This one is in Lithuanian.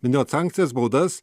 minėjot sankcijas baudas